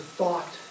thought